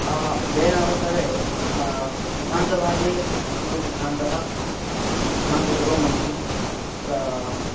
अध्ययनावसरे सिद्धान्तभागे सूर्यसिद्धान्तः सिद्धान्तशिरोमणिः तत्र